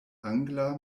angla